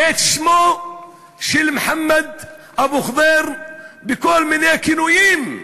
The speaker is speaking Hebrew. את שמו של מוחמד אבו ח'דיר בכל מיני כינויים.